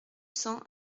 cents